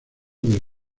del